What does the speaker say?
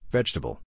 Vegetable